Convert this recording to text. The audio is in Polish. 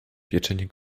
pieczenie